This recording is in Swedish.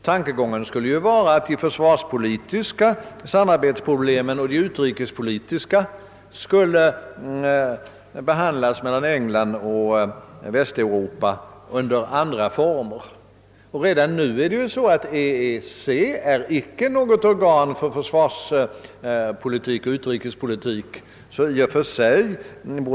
Tankegången skulle vara att de försvarspolitiska och utrikespolitiska samarbetsproblemen skulle behandlas mellan England och Västeuropa under andra former. I och för sig är detta inte alldeles uteslutet, eftersom EEC inte är något organ för försvarspolitik och utrikespolitik.